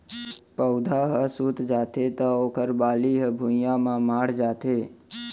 पउधा ह सूत जाथे त ओखर बाली ह भुइंया म माढ़ जाथे